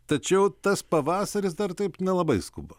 tačiau tas pavasaris dar taip nelabai skuba